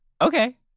okay